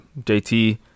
jt